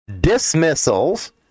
dismissals